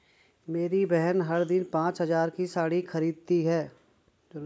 मेरी बहन हर दिन पांच हज़ार की साड़ी खरीदती है